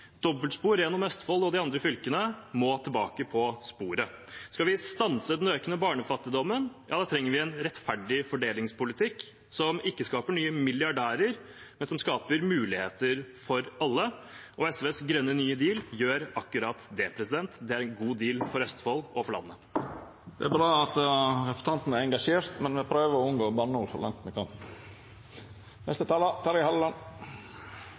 Dobbeltspor gjennom tidligere Østfold og de andre fylkene må tilbake på sporet. Skal vi stanse den økende barnefattigdommen, trenger vi en rettferdig fordelingspolitikk som ikke skaper nye milliardærer, men som skaper muligheter for alle. Og SVs grønne nye deal gjør akkurat det – det er en god deal for Østfold og for landet. Det er bra at representanten er engasjert, men ein må prøva å unngå bannord så langt ein kan.